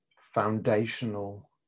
foundational